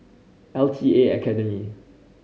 L T A Academy